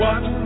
One